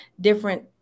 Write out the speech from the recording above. different